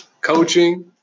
coaching –